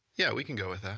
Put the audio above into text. yeah we can go with that.